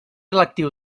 lectiu